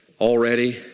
already